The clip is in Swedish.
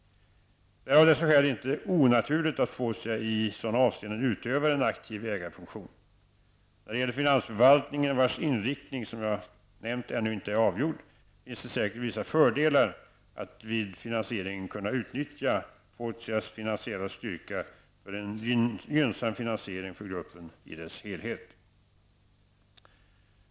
Det är av dessa skäl inte onaturligt att Fortia i sådana avseenden utövar en aktiv ägarfunktion. När det gäller finansförvaltningen, vars inriktning, som jag nämnt, ännu inte är avgjord, finns det säkert vissa fördelar att vid finansieringen kunna utnyttja Fortias finansiella styrka för en gynnsam finansiering för gruppen i dess helhet.